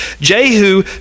jehu